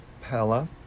Pella